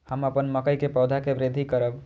हम अपन मकई के पौधा के वृद्धि करब?